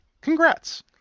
Congrats